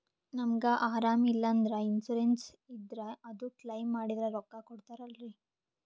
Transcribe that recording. ನಮಗ ಅರಾಮ ಇಲ್ಲಂದ್ರ ಇನ್ಸೂರೆನ್ಸ್ ಇದ್ರ ಅದು ಕ್ಲೈಮ ಮಾಡಿದ್ರ ರೊಕ್ಕ ಕೊಡ್ತಾರಲ್ರಿ?